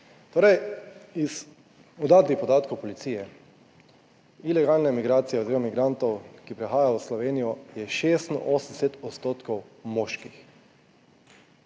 Torej iz uradnih podatkov policije, ilegalne migracije oziroma migrantov, ki prihajajo v Slovenijo, je 86